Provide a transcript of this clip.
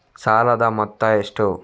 ಸಾಲದ ಮೊತ್ತ ಎಷ್ಟು?